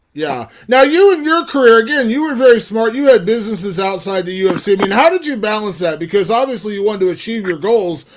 yeah, now you in your career again, you were very smart, you had businesses outside the ufc, and how did you balance that? because obviously, you want to achieve your goals,